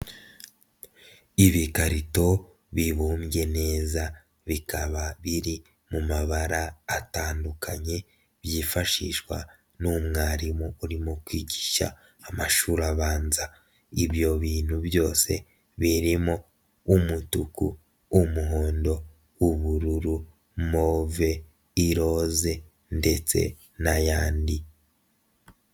Ibikarito bibumbye neza bikaba biri mu mabara atandukanye, byifashishwa n'umwarimu urimo kwigisha amashuri abanza, ibyo bintu byose birimo umutuku, umuhondo, ubururu, move, iroze ndetse n'ayandi.